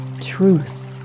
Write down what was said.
truth